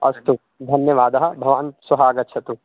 अस्तु धन्यवादः भवान् श्वः आगच्छतु